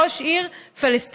ראש עיר פלסטיני,